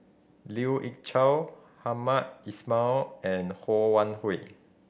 Lien Ying Chow Hamed Ismail and Ho Wan Hui